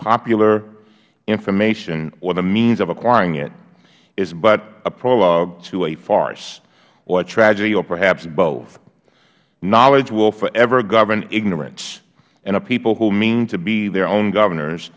popular information or the means of acquiring it is but a prologue to a farce or a tragedy or perhaps both knowledge will forever govern ignorance and a people who mean to be their own governors